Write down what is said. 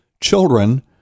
children